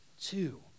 Two